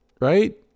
right